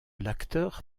l’acteur